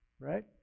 right